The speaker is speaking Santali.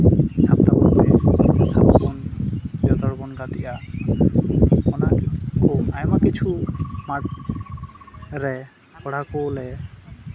ᱥᱟᱵᱟᱵᱚᱱ ᱡᱚᱛᱚ ᱦᱚᱲ ᱵᱚᱱ ᱜᱟᱛᱮᱜᱼᱟ ᱚᱱᱟ ᱞᱟᱹᱜᱤᱫ ᱟᱭᱢᱟ ᱠᱤᱪᱷᱩ ᱢᱟᱴᱷ ᱨᱮ ᱠᱚᱲᱟ ᱠᱚ ᱞᱮ